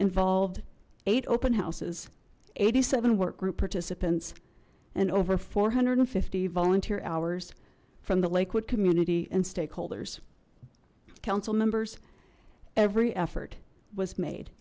involved eight open houses eighty seven workgroup participants and over four hundred and fifty volunteer hours from the lakewood community and stakeholders council members every effort was made